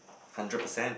hundred percent